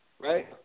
right